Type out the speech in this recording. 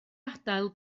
adael